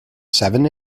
seven